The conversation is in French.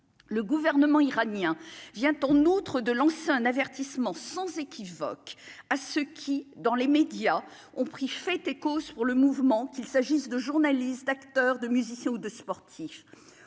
le gouvernement iranien vient en outre de lancer un avertissement sans équivoque à ceux qui, dans les médias, ont pris fait et cause pour le mouvement qu'il s'agisse de journalistes, d'acteurs de musiciens ou de sportifs,